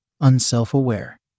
unself-aware